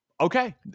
Okay